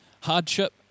Hardship